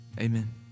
Amen